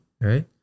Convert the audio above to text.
right